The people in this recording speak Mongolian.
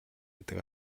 гэдэг